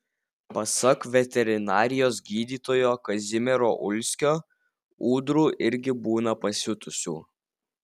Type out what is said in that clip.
pasak veterinarijos gydytojo kazimiero ulskio ūdrų irgi būna pasiutusių